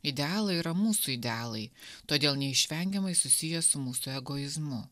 idealai yra mūsų idealai todėl neišvengiamai susiję su mūsų egoizmu